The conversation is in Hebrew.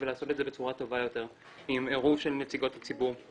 ולעשות את זה בצורה טובה יותר עם עירוב של נציגות הציבור,